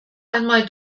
einmal